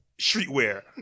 streetwear